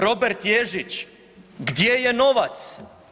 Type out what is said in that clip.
Robert Ježić, gdje je novac?